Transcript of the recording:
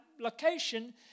location